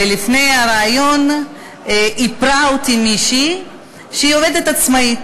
ולפני הריאיון איפרה אותי מישהי שהיא עובדת עצמאית.